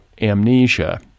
amnesia